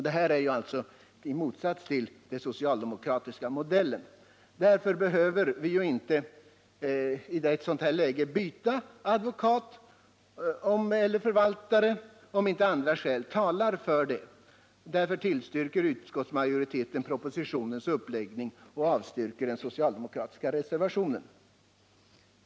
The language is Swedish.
Det här gäller propositionens förslag i motsats till socialdemokraternas modell, och man behöver inte i ett sådant läge byta advokat eller förvaltare om inte andra skäl talar för det. Därför tillstyrker utskottsmajoriteten propositionens uppläggning och avstyrker den socialdemokratiska reservationen.